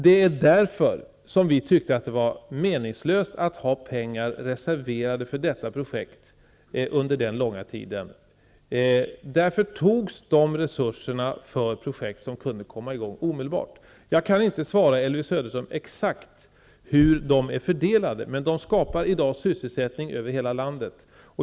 Det är därför som vi tyckte att det var meningslöst att ha pengarna reserverade till detta projekt under denna långa tid. Därför togs resurserna för projekt som kunde komma i gång omedelbart. Jag kan inte svara Elvy Söderström exakt hur de är fördelade, men de skapar i dag sysselsättning över hela landet.